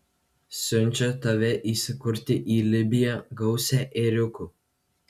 siunčia tave įsikurti į libiją gausią ėriukų